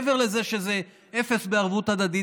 מעבר לזה שזה אפס בערבות הדדית,